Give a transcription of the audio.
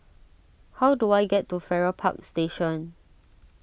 how do I get to Farrer Park Station